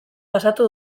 pasatu